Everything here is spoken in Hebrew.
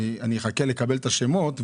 אני אחכה לקבל את השמות,